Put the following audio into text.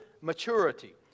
maturity